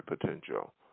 potential